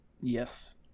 Yes